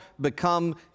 become